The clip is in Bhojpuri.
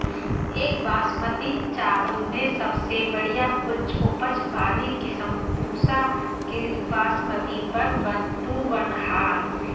एक बासमती चावल में सबसे बढ़िया उच्च उपज वाली किस्म Pusa Basmati one one two one ह?